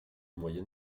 moyen